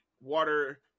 water